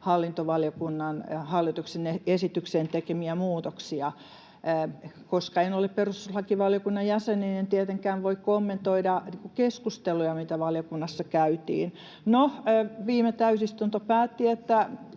hallintovaliokunnan hallituksen esitykseen tekemiä muutoksia. Koska en ole perustuslakivaliokunnan jäsen, niin en tietenkään voi kommentoida keskusteluja, mitä valiokunnassa käytiin. No, viime täysistunto päätti,